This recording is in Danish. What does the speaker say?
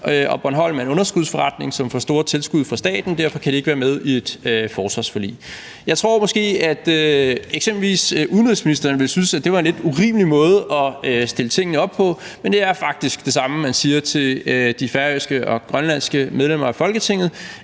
og Bornholm er en underskudsforretning, som får store tilskud fra staten, og derfor kan de ikke være med i et forsvarsforlig. Jeg tror måske, at eksempelvis udenrigsministeren ville synes, at det var en lidt urimelig måde at stille tingene op på. Men det er faktisk det samme, man siger til de færøske og grønlandske medlemmer af Folketinget: